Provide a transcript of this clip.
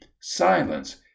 Silence